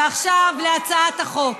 ועכשיו להצעת החוק.